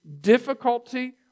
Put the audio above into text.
difficulty